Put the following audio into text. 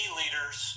leaders